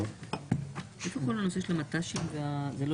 איפה כל הנושא של המט"שים והמאגרים?